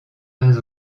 pas